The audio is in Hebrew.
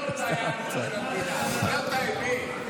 אתם פוגעים קשות ביהדות, אני אומר את האמת.